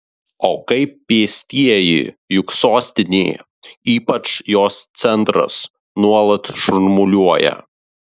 o kaip pėstieji juk sostinė ypač jos centras nuolat šurmuliuoja